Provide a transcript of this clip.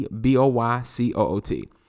B-O-Y-C-O-O-T